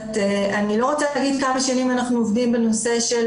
אני לא רוצה להגיד כמה שנים אנחנו עובדים בנושא של